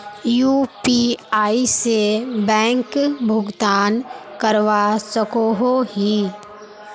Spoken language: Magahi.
यु.पी.आई से बैंक भुगतान करवा सकोहो ही?